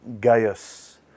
Gaius